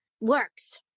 works